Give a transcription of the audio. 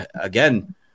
again